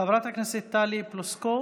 חברת הכנסת טלי פלוסקוב,